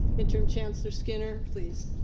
interim chancellor skinner please.